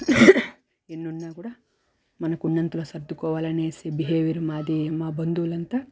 ఎన్నున్నా కూడా మనకున్నంతలో సర్దుకోవాలనేసి బిహేవియర్ మాది మా బంధువులంతా